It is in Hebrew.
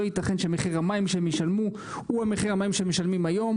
לא ייתכן שמחיר המים שהם ישלמו הוא מחיר המים שהם משלמים היום,